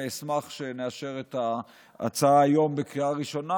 אשמח שנאשר את ההצעה היום בקריאה ראשונה,